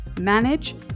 manage